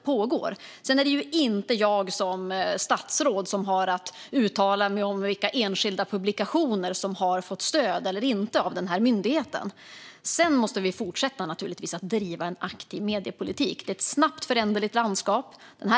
Det är inte jag som statsråd som har att uttala mig om vilka enskilda publikationer som har fått stöd eller inte av myndigheten. Sedan måste vi naturligtvis fortsätta att driva en aktiv mediepolitik. Det är ett snabbt föränderligt landskap.